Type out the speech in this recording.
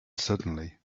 suddenly